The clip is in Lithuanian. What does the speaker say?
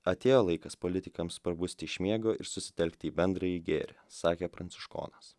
atėjo laikas politikams prabusti iš miego ir susitelkti į bendrąjį gėrį sakė pranciškonas